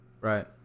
right